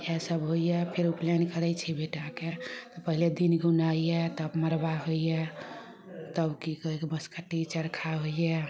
इएह सभ होइए फेर उपनयन करय छी बेटाके तऽ पहिले दिन गुनाइए तब मड़बा होइए तब की कहयके बाँसकट्टी चरखा होइए